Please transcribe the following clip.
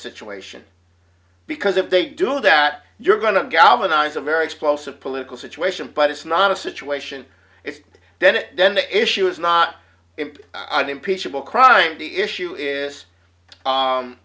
situation because if they do that you're going to galvanise a very explosive political situation but it's not a situation then it then the issue is not an impeachable crime to issue is